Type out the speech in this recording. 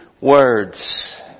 words